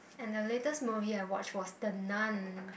and the latest movie I watch was the Nun